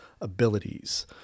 abilities